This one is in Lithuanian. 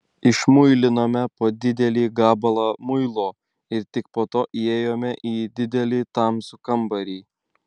išmuilinome po didelį gabalą muilo ir tik po to įėjome į didelį tamsų kambarį